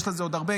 יש לזה עוד הרבה,